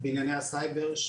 בענייני הסייבר,